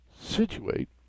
situate